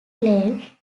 lane